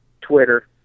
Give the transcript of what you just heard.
Twitter